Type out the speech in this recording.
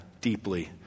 deeply